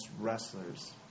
wrestlers